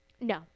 no